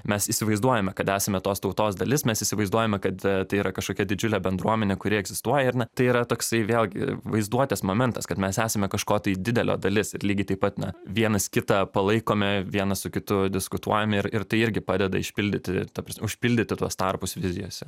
mes įsivaizduojame kad esame tos tautos dalis mes įsivaizduojame kad tai yra kažkokia didžiulė bendruomenė kuri egzistuoja ar ne tai yra toksai vėlgi vaizduotės momentas kad mes esame kažko tai didelio dalis ir lygiai taip pat na vienas kitą palaikome vienas su kitu diskutuojame ir tai irgi padeda išpildyti ta prasme užpildyti tuos tarpus vizijose